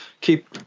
keep